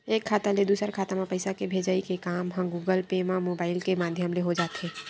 एक खाता ले दूसर खाता म पइसा के भेजई के काम ह गुगल पे म मुबाइल के माधियम ले हो जाथे